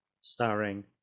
starring